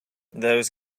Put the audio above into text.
those